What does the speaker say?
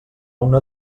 una